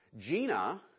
Gina